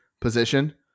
position